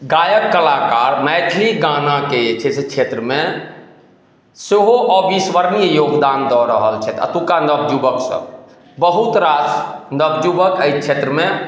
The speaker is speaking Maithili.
गायक कलाकार मैथिली गानाके जे छै से क्षेत्रमे सेहो अविस्मरणीय योगदान दऽ रहल छथि अतुक्का नवयुबक सब बहुत रास नवयुबक एहि क्षेत्रमे